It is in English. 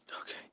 Okay